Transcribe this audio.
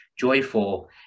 joyful